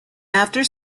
after